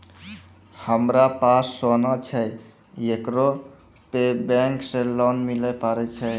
हमारा पास सोना छै येकरा पे बैंक से लोन मिले पारे छै?